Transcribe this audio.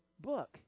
book